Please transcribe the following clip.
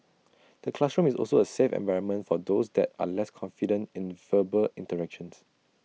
A classroom is also A safe environment for those that are less confident in verbal interactions